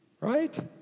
right